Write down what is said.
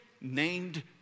named